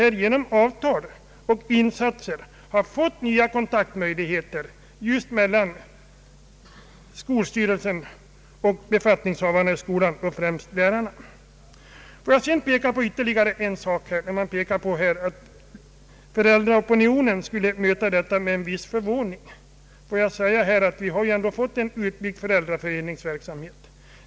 Här har man genom avtal fått nya kontaktmöjligheter mellan skolstyrelsen och befattningshavarna i skolan, främst lärarna, och eleverna. Jag vill framhålla ytterligare en sak. Det har sagts att föräldraopinionen skulle ta detta med en viss förvåning. Låt mig säga att det numera finns en väl utbyggd föräldraföreningsverksamhet.